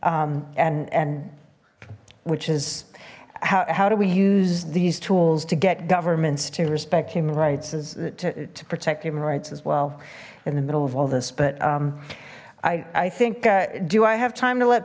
and and which is how do we use these tools to get governments to respect human rights as to protect human rights as well in the middle of all this but i i think do i have time to let